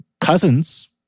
Cousins